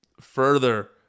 further